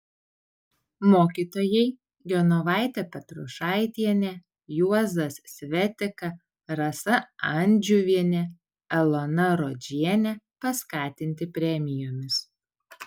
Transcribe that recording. mokytojai genovaitė petrušaitienė juozas svetika rasa andžiuvienė elona rodžienė paskatinti premijomis